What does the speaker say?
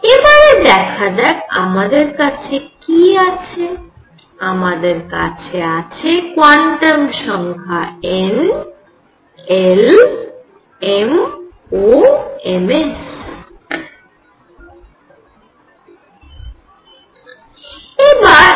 এবারে দেখা যাক আমাদের কাছে কি আছে আমাদের কাছে আছে কোয়ান্টাম সংখ্যা n l m ও ms